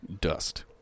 dust